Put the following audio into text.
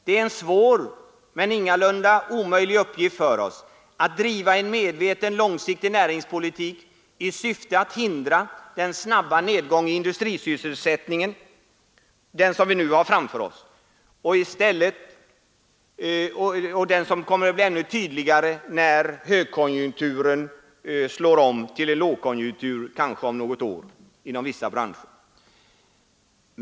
Det är en svår men ingalunda omöjlig uppgift för oss att driva en medveten långsiktig näringspolitik i syfte att hindra den snabba nedgång i industrisysselsättningen som vi nu har framför oss. Och nedgången kommer att bli ännu tydligare, när högkonjunkturen slår om till en lågkonjunktur, inom vissa branscher kanske om något år.